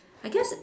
I guess